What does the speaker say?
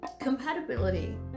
compatibility